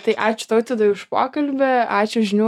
tai ačiū tautvydui už pokalbį ačiū žinių